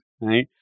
Right